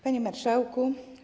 Panie Marszałku!